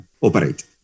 operate